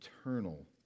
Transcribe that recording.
eternal